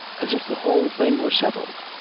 as if the whole thing were settled.